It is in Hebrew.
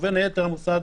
ובין היתר למוסד